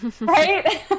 right